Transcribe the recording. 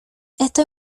estoy